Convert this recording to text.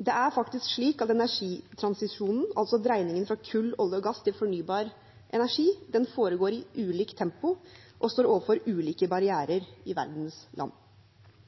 Det er faktisk slik at energitransisjonen, altså dreiningen fra kull, olje og gass til fornybar energi, foregår i ulikt tempo og står overfor ulike